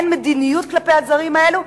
אין מדיניות כלפי הזרים האלה,